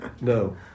No